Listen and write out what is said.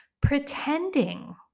pretending